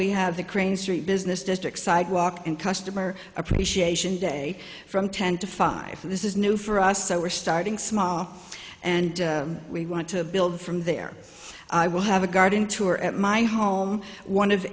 we have the crane street business district sidewalk and customer appreciation day from ten to five this is new for us so we're starting small and we want to build from there i will have a garden too or at my home one of